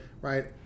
Right